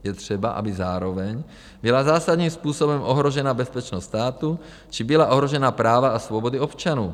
Je třeba, aby zároveň byla zásadním způsobem ohrožena bezpečnost státu či byla ohrožena práva a svobody občanů.